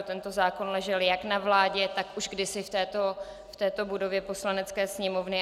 Tento zákon ležel jak na vládě, tak už kdysi v této budově Poslanecké sněmovny.